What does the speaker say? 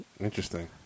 Interesting